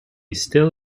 still